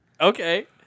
Okay